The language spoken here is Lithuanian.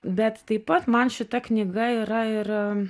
bet taip pat man šita knyga yra ir